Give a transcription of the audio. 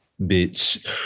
bitch